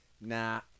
nah